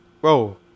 Bro